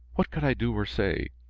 what could i do or say?